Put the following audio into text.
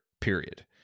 period